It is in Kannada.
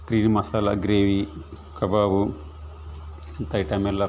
ಇದು ಮಸಾಲ ಗ್ರೇವಿ ಕಬಾಬು ಇಂಥ ಐಟಮೆಲ್ಲ